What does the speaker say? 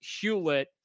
Hewlett